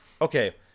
Okay